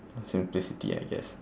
simplicity I guess